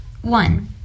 One